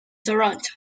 toronto